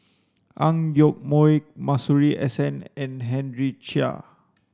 Ang Yoke Mooi Masuri S N and Henry Chia